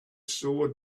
sword